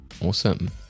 Awesome